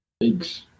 Thanks